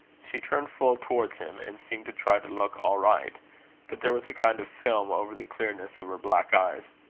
she turned full towards him, and seemed to try to look all right but there was a kind of film over the clearness of her black eyes.